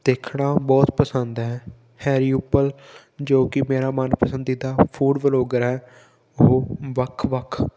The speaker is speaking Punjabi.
ਦੇਖਣਾ ਬਹੁਤ ਪਸੰਦ ਹੈ ਹੈਰੀ ਉੱਪਲ ਜੋ ਕਿ ਮੇਰਾ ਮਨ ਪਸੰਦੀਦਾ ਫੂਡ ਵਲੋਗਰ ਹੈ ਉਹ ਵੱਖ ਵੱਖ